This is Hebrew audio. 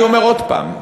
אני אומר עוד הפעם,